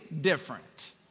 different